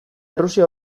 errusia